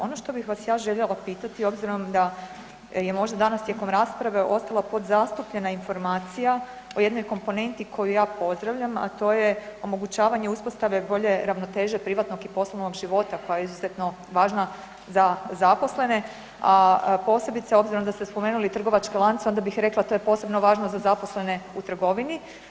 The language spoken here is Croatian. Ono što bih vas ja željela pitati, obzirom da je možda danas tijekom rasprave ostala podzastupljena informacija o jednoj komponenti koju ja pozdravljam, a to je omogućavanje uspostave bolje ravnoteže privatnog i poslovnog života koja je izuzetno važna za zaposlene, a posebice, obzirom da ste spomenuli i trgovačke lance, onda bih rekla, to je posebno važno za zaposlene u trgovini.